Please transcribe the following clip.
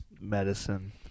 medicine